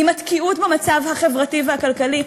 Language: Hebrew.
עם התקיעות במצב החברתי והכלכלי,